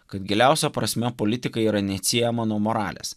kad giliausia prasme politika yra neatsiejama nuo moralės